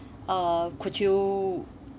uh could you